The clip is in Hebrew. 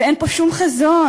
ואין פה שום חזון.